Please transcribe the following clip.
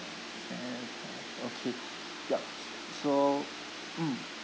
and okay yup so mm